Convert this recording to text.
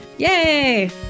Yay